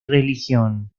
religión